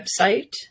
website